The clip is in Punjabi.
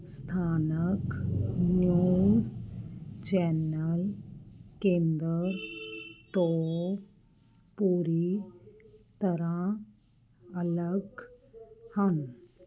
ਸਥਾਨਕ ਨਿਊਜ਼ ਚੈਨਲ ਕੇਂਦਰ ਤੋਂ ਪੂਰੀ ਤਰ੍ਹਾਂ ਅਲੱਗ ਹਨ